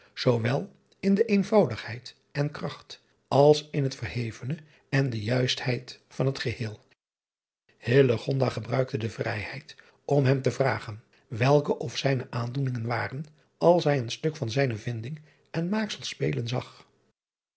zoowel in de eenvoudigheid en kracht als in het verhevene en de juistheid van het geheel gebruikte de vrijheid om hem te vragen welke of zijne aandoeningen waren als hij een stuk van zijne vinding en maaksel spelen zag